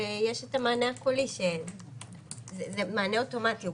ויש את המענה הקולי שהוא מענה אוטומטי.